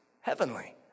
Heavenly